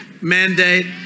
mandate